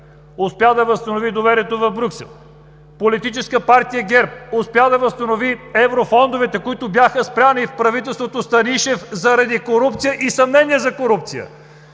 успя да възстанови доверието в Брюксел. Политическа партия ГЕРБ успя да възстанови еврофондовете, които бяха спрени на правителството Станишев, заради корупция и съмнения за корупция.